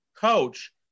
coach